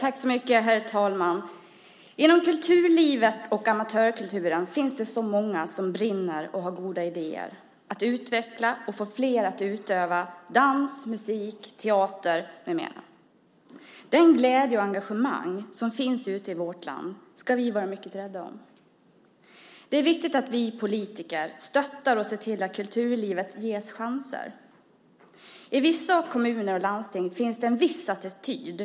Herr talman! Inom kulturlivet och amatörkulturen finns det så många som brinner och har goda idéer när det gäller att utveckla och få fler att utöva dans, musik, teater med mera. Den glädje och det engagemang som finns ute i vårt land ska vi vara mycket rädda om. Det är viktigt att vi politiker stöttar och ser till att kulturlivet ges chanser. I vissa kommuner och landsting finns det en viss attityd.